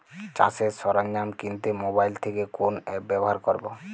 চাষের সরঞ্জাম কিনতে মোবাইল থেকে কোন অ্যাপ ব্যাবহার করব?